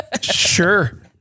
Sure